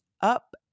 up